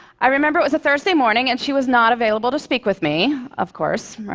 i remember it was a thursday morning, and she was not available to speak with me. of course, right?